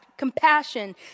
compassion